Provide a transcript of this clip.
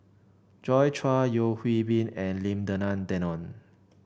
Joi Chua Yeo Hwee Bin and Lim Denan Denon